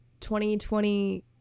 2020